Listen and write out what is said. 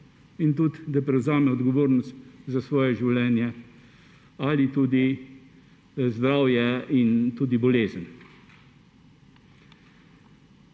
in tudi, da prevzame odgovornost za svoje življenje ali tudi zdravje in tudi bolezen.